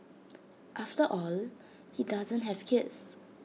after all he doesn't have kids